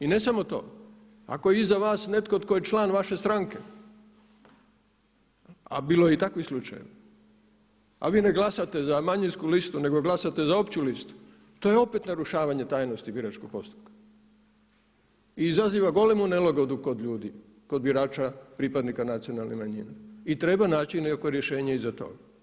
I ne samo to, ako je iza vas netko tko je član vaše stranke, a bilo je i takvih slučajeva, a vi ne glasate za manjinsku listu nego glasate za opću listu, to je opet narušavanje tajnosti biračkog postupka i izaziva golemu nelagodu kod ljudi, kod birača pripadnika nacionalne manjine i treba naći rješenje i za to.